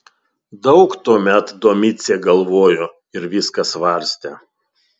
daug tuomet domicė galvojo ir viską svarstė